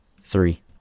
Three